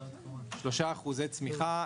3% אחוזי צמיחה,